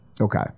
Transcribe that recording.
Okay